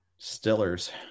Stillers